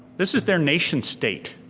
this is their nation state.